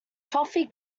toffee